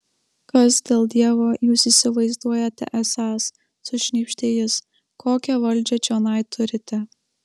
kas dėl dievo jūs įsivaizduojate esąs sušnypštė jis kokią valdžią čionai turite